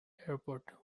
airport